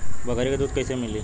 बकरी क दूध कईसे मिली?